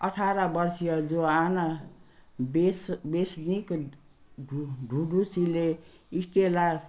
अठाह्र वर्षीय जोआना बेस बेसनिक भु भुभुसीले स्टेला